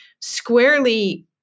squarely